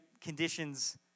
conditions